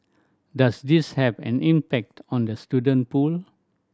does this have an impact on the student pool